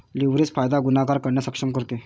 leverage फायदा गुणाकार करण्यास सक्षम करते